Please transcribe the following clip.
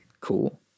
Cool